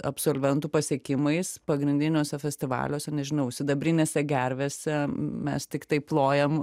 absolventų pasiekimais pagrindiniuose festivaliuose nežinau sidabrinėse gervėse mes tiktai plojam